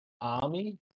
army